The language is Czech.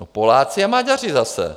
Poláci a Maďaři zase!